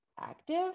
active